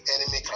enemy